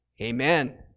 Amen